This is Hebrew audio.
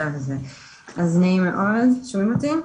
בעולים.